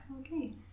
Okay